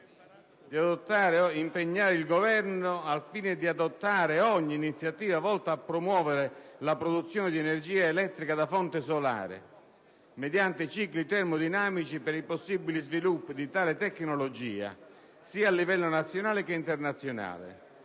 il Governo: «a valutare l'opportunità di adottare ogni iniziativa volta a promuovere la produzione di energia elettrica da fonte solare mediante cicli termodinamici per i possibili sviluppi di tale tecnologia sia a livello nazionale che internazionale,